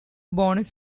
bonus